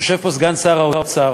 יושב פה סגן שר האוצר.